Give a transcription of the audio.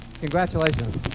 Congratulations